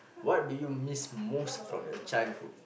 what do you miss most from your childhood